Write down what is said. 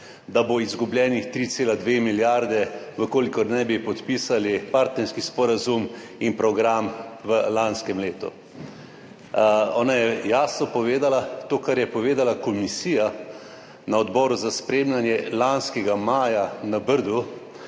da bo izgubljenih 3,2 milijarde, če ne bi podpisali partnerskega sporazuma in programa v lanskem letu. Ona je jasno povedala to, kar je povedala komisija na odboru za spremljanje lanskega maja na Brdu